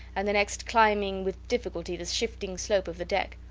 and the next climbing with difficulty the shifting slope of the deck.